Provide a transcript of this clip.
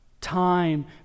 time